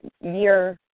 year